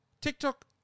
TikTok